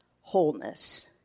wholeness